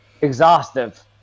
exhaustive